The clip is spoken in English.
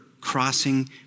crossing